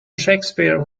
shakespeare